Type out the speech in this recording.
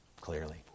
clearly